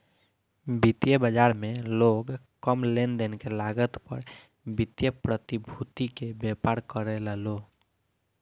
वित्तीय बाजार में लोग कम लेनदेन के लागत पर वित्तीय प्रतिभूति के व्यापार करेला लो